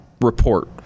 report